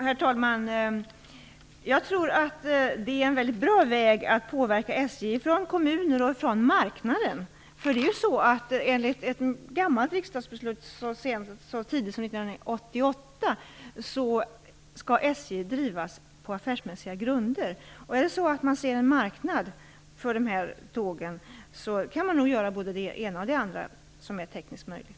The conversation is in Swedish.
Herr talman! Jag tror att det är en väldigt bra väg att påverka från kommuner och från marknaden. Enligt ett gammalt riksdagsbeslut som fattades så tidigt som år 1988 skall SJ drivas på affärsmässiga grunder. Är det så att man ser en marknad för dessa tåg kan man nog göra både det ena och det andra som är tekniskt möjligt.